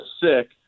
sick